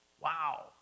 Wow